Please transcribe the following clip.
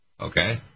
Okay